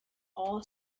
all